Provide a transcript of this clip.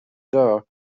door